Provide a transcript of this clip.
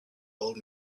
old